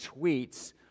tweets